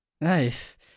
Nice